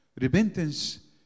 Repentance